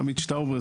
עמית שטאובר,